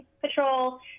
Patrol